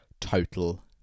total